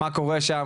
מה קורה שם,